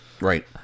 Right